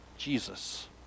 Jesus